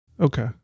Okay